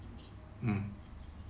mm